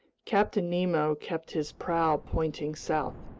captain nemo kept his prow pointing south.